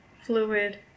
fluid